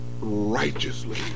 righteously